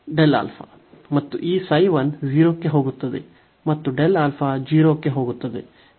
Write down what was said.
ಮತ್ತು ಈ ξ 1 0 ಕ್ಕೆ ಹೋಗುತ್ತದೆ ಮತ್ತು 0 ಕ್ಕೆ ಹೋಗುತ್ತದೆ ಎಂಬುದನ್ನು ಗಮನಿಸಿ